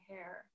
Hair